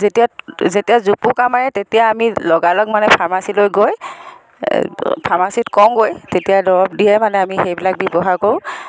এতিয়া যেতিয়া জোপোকা মাৰে তেতিয়া মানে লগালগ ফাৰ্মাচিলৈ গৈ ফাৰ্মাচিত কওঁ গৈ তেতিয়া দৰব দিয়ে মানে ব্যৱহাৰ কৰোঁ